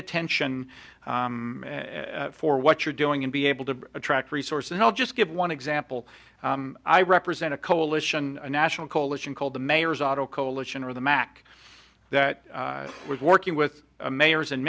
attention for what you're doing and be able to attract resource and i'll just give one example i represent a coalition a national coalition called the mayor's auto coalition or the mack that was working with mayors in